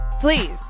please